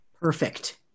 Perfect